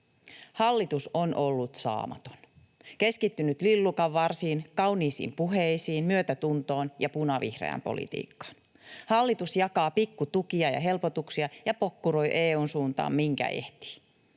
Hallitus on ollut saamaton, keskittynyt lillukanvarsiin, kauniisiin puheisiin, myötätuntoon ja punavihreään politiikkaan. Hallitus jakaa pikku tukia ja helpotuksia ja pokkuroi EU:n suuntaan, minkä ehtii.